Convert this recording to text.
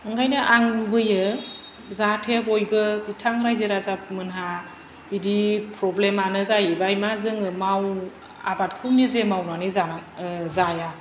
ओंखायनो आं बोयो जाहाथे बयबो बिथां रायजो राजामोनहा बिदि फ्रब्लेमानो जाहैबाय मा जोङो माव आबादखौ निजे मावनानै जानाय जाया